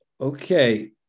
Okay